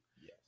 yes